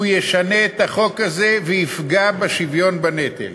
הוא ישנה את החוק הזה ויפגע בשוויון בנטל.